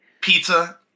pizza